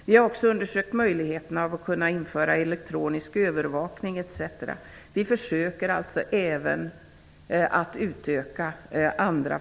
Vi har också undersökt möjligheten att införa elektronisk övervakning. Vi försöker alltså med olika former.